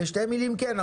בשתי מלים כן,